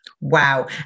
Wow